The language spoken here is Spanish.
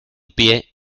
pie